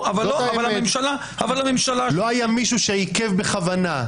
לא היה מישהו שעיכב בכוונה.